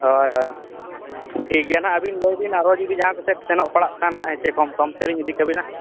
ᱦᱚᱭ ᱦᱚᱭ ᱴᱷᱤᱠᱜᱮᱭᱟᱼᱦᱟᱜ ᱟᱹᱵᱤᱱ ᱞᱟᱹᱭᱵᱤᱱ ᱟᱨᱚ ᱡᱩᱫᱤ ᱡᱟᱦᱟᱸᱠᱚ ᱥᱮᱫ ᱥᱮᱱᱚᱜ ᱯᱟᱲᱟᱜ ᱠᱷᱟᱱᱼᱦᱟᱜ ᱠᱚᱢᱼᱥᱚᱢᱛᱮᱞᱤᱧ ᱤᱫᱤᱠᱟᱹᱵᱤᱱᱟ